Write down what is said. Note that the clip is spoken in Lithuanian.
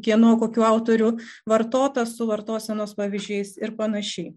kieno kokių autorių vartotas su vartosenos pavyzdžiais ir panašiai